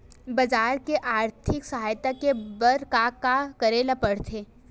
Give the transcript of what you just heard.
बजार ले आर्थिक सहायता ले बर का का करे ल पड़थे?